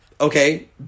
Okay